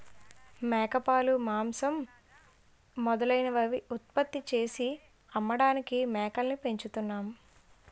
మేకపాలు, మాంసం మొదలైనవి ఉత్పత్తి చేసి అమ్మడానికి మేకల్ని పెంచుతున్నాం